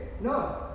No